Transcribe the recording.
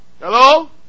Hello